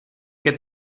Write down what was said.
que